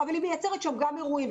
אבל היא מייצרת שם גם אירועים,